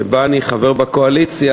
שבה אני חבר בקואליציה,